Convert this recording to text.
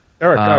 Eric